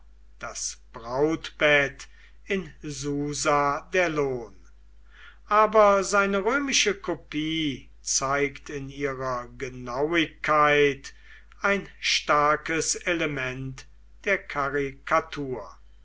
das brautbett in susa der lohn aber seine römische kopie zeigt in ihrer genauigkeit ein starkes element der karikatur